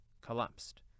collapsed